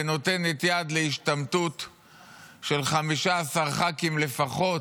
ונותנת יד להשתמטות של 15 ח"כים לפחות,